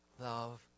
love